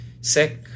sick